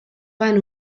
van